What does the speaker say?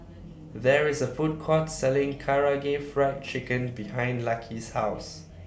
There IS A Food Court Selling Karaage Fried Chicken behind Lucky's House